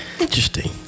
Interesting